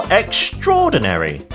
extraordinary